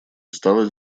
стала